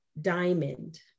diamond